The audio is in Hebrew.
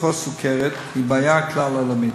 ובתוכה סוכרת, היא בעיה כלל-עולמית.